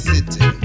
City